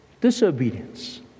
disobedience